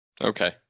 Okay